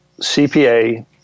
CPA